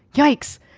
yikes.